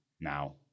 now